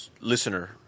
Listener